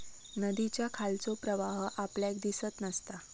नदीच्या खालचो प्रवाह आपल्याक दिसत नसता